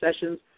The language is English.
sessions